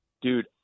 Dude